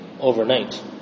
overnight